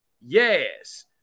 yes